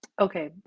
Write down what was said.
Okay